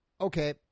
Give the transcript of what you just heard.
okay